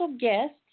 guests